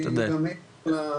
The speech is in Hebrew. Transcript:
אני משתדל.